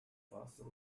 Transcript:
fossil